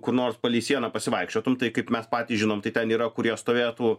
kur nors palei sieną pasivaikščiotum tai kaip mes patys žinom tai ten yra kurie stovėtų